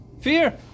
Fear